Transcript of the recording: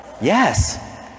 Yes